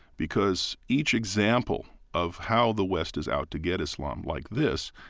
because each example of how the west is out to get islam, like this,